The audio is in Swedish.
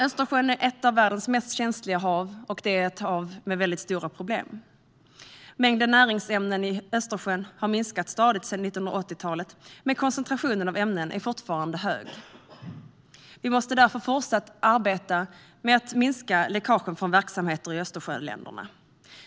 Östersjön är ett av världens känsligaste hav, ett hav med stora problem. Mängden näringsämnen i Östersjön har minskat stadigt sedan 1980-talet, men koncentrationen av ämnen är fortfarande hög. Vi måste därför fortsatt arbeta med att minska läckagen från verksamheter i Östersjöländerna.